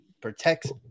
protects